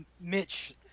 Mitch